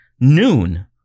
noon